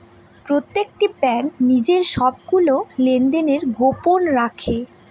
প্রত্যেকটি ব্যাঙ্ক নিজের সবগুলো লেনদেন গোপন রাখে